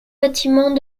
bâtiments